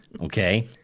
Okay